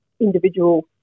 individual